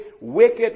wicked